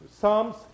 Psalms